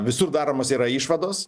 visur daromos yra išvados